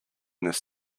this